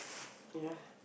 ya